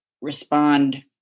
respond